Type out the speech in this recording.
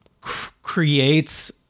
creates